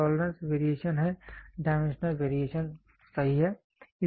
tolerance variation है dimensional variation सही है